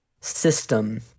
system